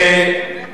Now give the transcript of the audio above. אני יושב,